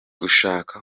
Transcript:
gushaka